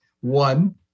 One